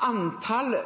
antall